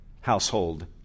household